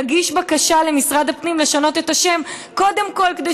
תגיש בקשה למשרד הפנים לשנות את השם קודם כול,